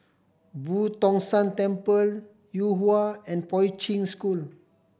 Boo Tong San Temple Yuhua and Poi Ching School